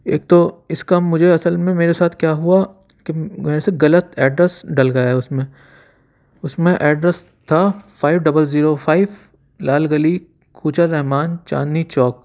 ایک تو اس کا مجھے اصل میں میرے ساتھ کیا ہوا کہ میرے سے غلط ایڈرس ڈل گیا اس میں اس میں ایڈرس تھا five double zero five Lal Gali Kucha Rahman Chandni چوک